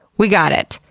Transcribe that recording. we've got it!